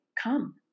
come